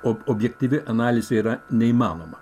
o objektyvi analizė yra neįmanoma